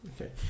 Okay